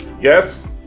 Yes